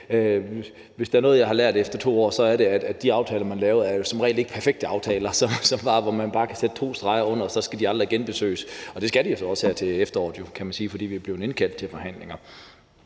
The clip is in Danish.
Hvis der er noget, jeg har lært efter 2 år, så er det, at de aftaler, man laver, jo som regel ikke er perfekte aftaler, hvor man bare kan sætte to streger under, og så skal de aldrig genbesøges. Det skal de jo så også her til efteråret, kan man sige, for vi er blevet indkaldt til forhandlinger.